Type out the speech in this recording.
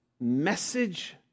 message